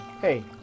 Hey